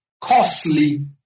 costly